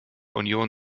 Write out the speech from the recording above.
union